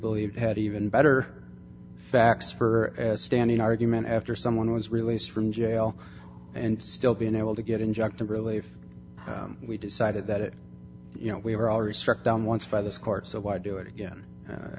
believe had even better facts for standing argument after someone was released from jail and still being able to get injected relief we decided that it you know we were already struck down once by this court so why do it again